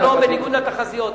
בניגוד לתחזיות,